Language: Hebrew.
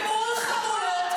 ומול חמולות